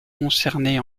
concernées